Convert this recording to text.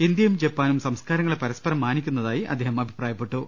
ഇന്ത്യയുടെ ജപ്പാനും സംസ്കാരങ്ങളെ പര്യസ്പരം മാനിക്കുന്ന തായി അദ്ദേഹം പറഞ്ഞു